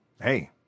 hey